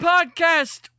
Podcast